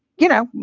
you know,